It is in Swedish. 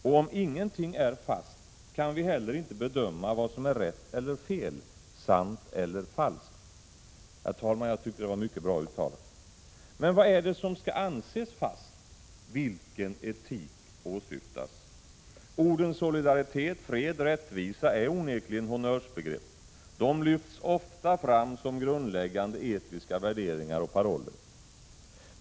Och om ingenting är fast kan vi inte längre bedöma vad som är rätt eller fel, sant eller falskt.” Herr talman! Det var ett mycket bra uttalande. Men vad är det som skall anses ”fast”? Vilken etik åsyftas? Orden solidaritet, fred, rättvisa är onekligen honnörsbegrepp. De lyfts ofta fram som grundläggande etiska värderingar och paroller.